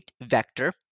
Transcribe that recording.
vector